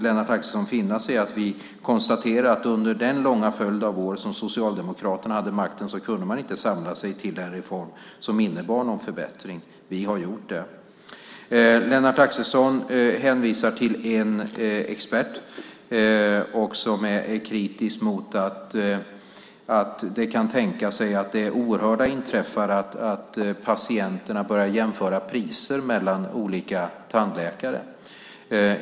Lennart Axelsson får nog finna sig i att vi konstaterar att man under den långa följd av år som Socialdemokraterna hade makten inte kunde samla sig till en reform som innebar någon förbättring. Vi har gjort det. Lennart Axelsson hänvisar till en expert som är kritisk mot att det kan tänkas att det oerhörda inträffar att patienterna börjar jämföra priser mellan olika tandläkare.